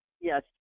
Yes